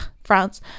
france